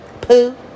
poo